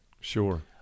Sure